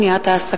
הצעות